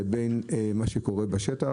לבין מה שקורה בשטח.